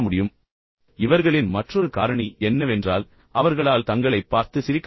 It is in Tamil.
இந்த சுய உணர்வுள்ள நபர்களைப் பற்றிய மற்றொரு சுவாரஸ்யமான காரணி என்னவென்றால் அவர்களால் தங்களைப் பார்த்து சிரிக்க முடியும்